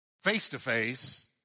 face-to-face